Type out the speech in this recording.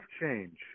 change